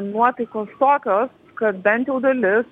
nuotaikos tokios kad bent jau dalis